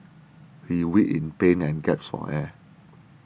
he writhed in pain and gasped for air